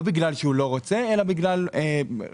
לא בגלל שהם לא רוצים אלא בגלל חיכוך